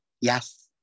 Yes